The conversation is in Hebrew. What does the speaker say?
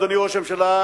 אדוני ראש הממשלה,